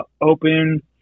open